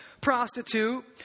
prostitute